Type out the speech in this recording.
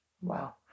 Wow